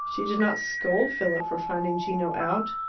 she did not scold philip for finding gino out,